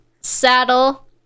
saddle